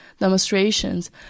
demonstrations